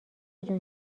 جون